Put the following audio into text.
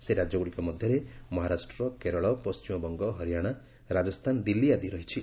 ସେହି ରାଜ୍ୟଗ୍ରଡ଼ିକ ମଧ୍ୟରେ ମହାରାଷ୍ଟ କେରଳ ପଣ୍ଢିମବଙ୍ଗ ହରିୟାଣା ରାଜସ୍ଥାନ ଦିଲ୍ଲୀ ଆଦି ରହିଛି